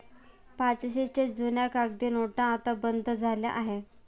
पाचशेच्या जुन्या कागदी नोटा आता बंद झाल्या आहेत